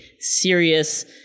serious